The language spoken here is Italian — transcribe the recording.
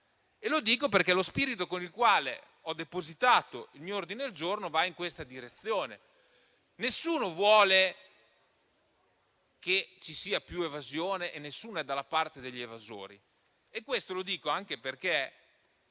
Dico questo perché lo spirito con il quale ho depositato il mio ordine del giorno va in questa direzione: nessuno vuole che ci sia più evasione e nessuno è dalla parte degli evasori. Dico anche che